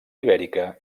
ibèrica